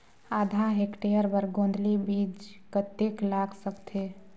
आधा हेक्टेयर बर गोंदली बीच कतेक लाग सकथे?